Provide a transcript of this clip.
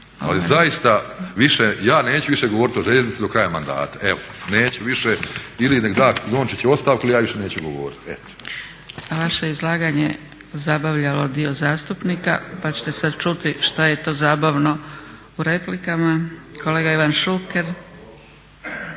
Ali zaista više ja neću više govoriti o željeznici do kraja mandata. Evo neću više ili neka da Dončić ostavku ili ja više neću govoriti. **Zgrebec, Dragica (SDP)** Vaše izlaganje zabavljalo je dio zastupnika pa ćete sada čuti šta je to zabavno u replikama. Kolega Ivan Šuker.